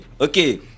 okay